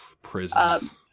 prisons